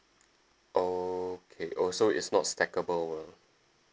okay oh so it's not stackable ah